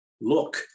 look